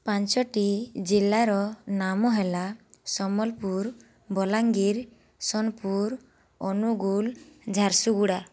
ପାଞ୍ଚଟି ଜିଲ୍ଲାର ନାମ ହେଲା ସମ୍ବଲପୁର ବଲାଙ୍ଗୀର ସୋନପୁର ଅନୁଗୁଳ ଝାରସୁଗୁଡ଼ା